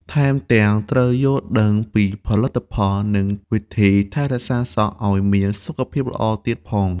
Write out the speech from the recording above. ថែមទាំង ត្រូវយល់ដឹងពីផលិតផល និងវិធីថែរក្សាសក់ឱ្យមានសុខភាពល្អទៀតផង។